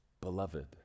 beloved